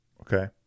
okay